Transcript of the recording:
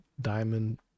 diamond